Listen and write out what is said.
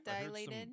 Dilated